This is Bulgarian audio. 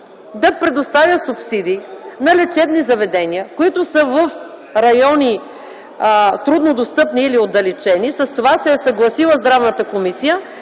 да предоставя субсидии на лечебни заведения, които са в трудно достъпни или отдалечени райони. С това се е съгласила Здравната комисия,